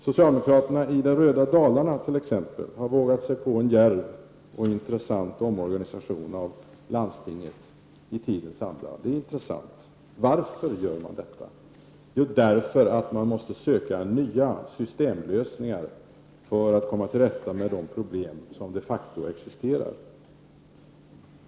Socialdemokraterna i det röda Dalarna har t.ex. vågat sig på en djärv och intressant omorganisation av landstinget i tidens anda. Det är intressant. Varför gör man detta? Jo, därför att man måste söka nya systemlösningar för att komma till rätta med de problem som de facto existerar.